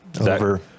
Over